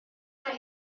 mae